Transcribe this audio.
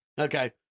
Okay